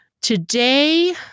Today